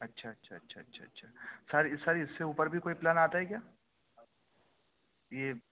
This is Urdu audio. اچھا اچھا اچھا اچھا سر سر اس سے اوپر بھی کوئی پلان آتا ہے کیا یہ